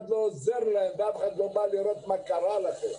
לא עוזר להם ואף אחד לא בא לראות מה קרה להם.